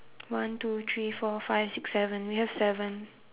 one two three four five six seven we have seven